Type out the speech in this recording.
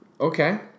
Okay